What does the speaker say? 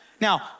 Now